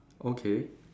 okay